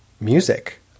music